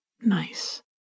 Nice